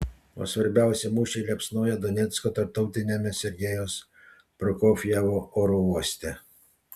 o svarbiausi mūšiai liepsnoja donecko tarptautiniame sergejaus prokofjevo oro uoste